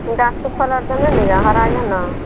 गाछी फलल तऽ नहि ने यऽ हरा यऽ ने